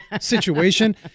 situation